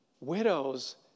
Widows